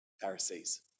Pharisees